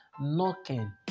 knocking